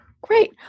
Great